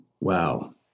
Wow